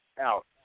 out